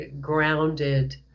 grounded